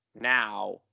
now